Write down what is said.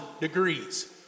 degrees